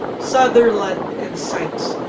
sutherland, and sykes.